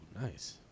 nice